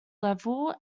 level